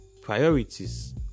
priorities